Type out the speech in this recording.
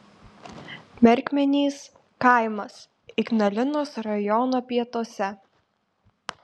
merkmenys kaimas ignalinos rajono pietuose